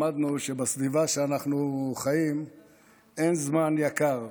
למדנו שבסביבה שבה אנחנו חיים אין זמן יקר.